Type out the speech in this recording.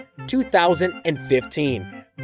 2015